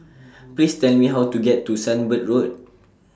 Please Tell Me How to get to Sunbird Road